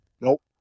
nope